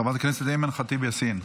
חברת הכנסת אימאן ח'טיב יאסין.